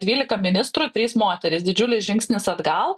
dvylika ministrų trys moterys didžiulis žingsnis atgal